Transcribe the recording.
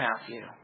Matthew